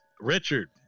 Richard